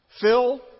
Phil